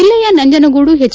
ಜಿಲ್ಲೆಯ ನಂಜನಗೂಡು ಎಚ್